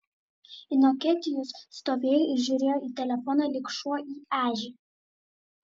inokentijus stovėjo ir žiūrėjo į telefoną lyg šuo į ežį